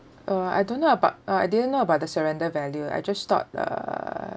uh I don't know about I didn't know about the surrender value I just thought the